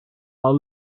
are